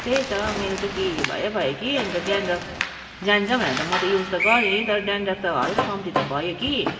त्यही त मेरो चाहिँ के भयो भयो कि अन्त डेनड्रफ जान्छ भनेर त म त युज त गरेँ तर डेनड्रफ त हल्का कम्ती त भयो कि